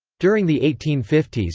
during the eighteen fifty s,